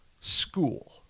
School